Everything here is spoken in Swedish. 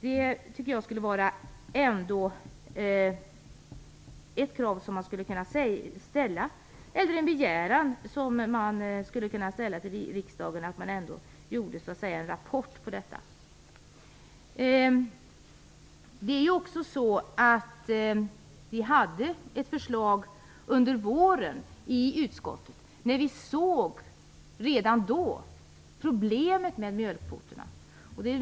Det skulle kunna riktas en begäran till riksdagen om att utarbeta en rapport om detta. Vi hade vidare uppe ett förslag under våren i utskottet, men vi såg redan då problemet med mjölkkvoterna.